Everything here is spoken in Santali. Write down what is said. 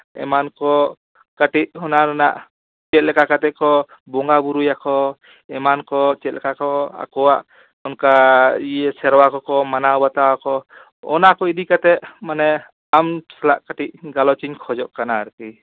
ᱮᱢᱟᱱ ᱠᱚ ᱠᱟᱹᱴᱤᱡ ᱚᱱᱟ ᱨᱮᱱᱟᱜ ᱪᱮᱫᱞᱮᱠᱟ ᱠᱟᱛᱮ ᱠᱚ ᱵᱚᱸᱜᱟ ᱵᱩᱨᱩᱭᱟᱠᱚ ᱮᱢᱟᱱ ᱠᱚ ᱪᱮᱫᱞᱮᱠᱟᱠᱚ ᱟᱠᱚᱣᱟᱜ ᱚᱱᱠᱟ ᱥᱮᱨᱣᱟ ᱠᱚᱠᱚ ᱢᱟᱱᱟᱣᱵᱟᱛᱟᱣᱟᱠᱚ ᱚᱱᱟ ᱠᱚ ᱤᱫᱤ ᱠᱟᱛᱮ ᱢᱟᱱᱮ ᱟᱢ ᱥᱟᱞᱟᱜ ᱠᱟᱹᱴᱤᱡ ᱜᱟᱞᱚᱪᱤᱧ ᱠᱷᱚᱡᱚᱜ ᱠᱟᱱᱟ ᱟᱨᱠᱤ